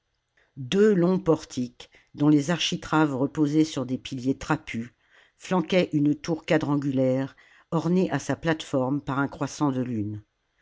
deux longs portiques dont les architraves reposaient sur des piliers trapus flanquaient une tour quadrangulaire ornée à sa plate forme par un croissant de lune